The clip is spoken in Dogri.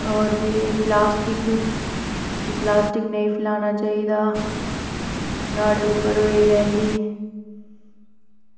होर बी प्लास्टिक की प्लास्टिक नेईं फैलाना चाहिदा नुहाड़ै पर होई रैली